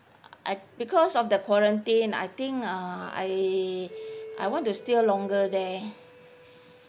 I because of the quarantine I think uh I I want to stay longer there